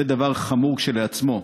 זה דבר חמור כשלעצמו,